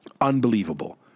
Unbelievable